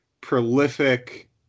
prolific